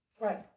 Right